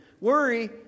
Worry